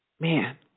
Man